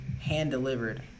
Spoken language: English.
hand-delivered